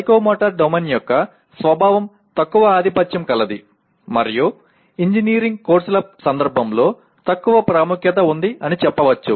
psychomotor domain యొక్క స్వభావం తక్కువ ఆధిపత్యం కలది మరియు ఇంజనీరింగ్ కోర్సుల సందర్భంలో తక్కువ ప్రాముఖ్యత ఉంది అని చెప్పవచ్చు